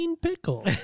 pickle